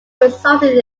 resulted